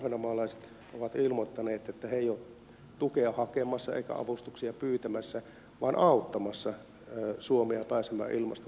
ahvenanmaalaiset ovat ilmoittaneet että he eivät ole tukea hakemassa eivätkä avustuksia pyytämässä vaan auttamassa suomea pääsemään ilmastotavoitteisiin